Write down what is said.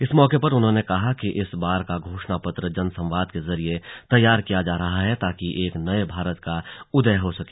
इस मौके पर उन्होंने कहा कि इस बार का घोषणा पत्र जनसंवाद के जरिए तैयार किया जा रहा है ताकि एक नए भारत का उदय हो सके